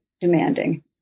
demanding